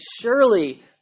surely